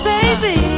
Baby